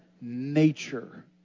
Nature